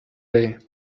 day